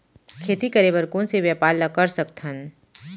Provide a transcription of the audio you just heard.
खेती करे बर कोन से व्यापार ला कर सकथन?